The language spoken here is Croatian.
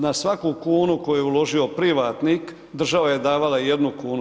Na svaku kunu koju je uložio privatnik država je davala jednu kunu.